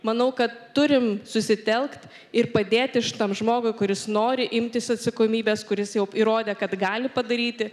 manau kad turim susitelkt ir padėti šitam žmogui kuris nori imtis atsakomybės kuris jau įrodė kad gali padaryti